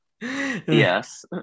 Yes